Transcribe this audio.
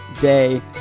day